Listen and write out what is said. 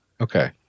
Okay